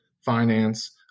finance